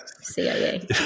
CIA